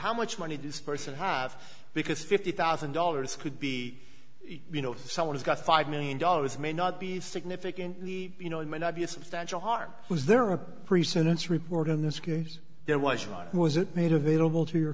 how much money this person have because fifty thousand dollars could be you know someone's got five million dollars may not be significantly you know it may not be a substantial harm was there a pre sentence report in this case there was was it made available to your